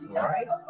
right